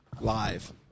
Live